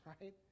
right